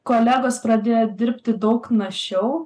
kolegos pradėjo dirbti daug našiau